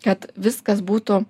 kad viskas būtų